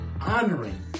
honoring